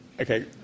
Okay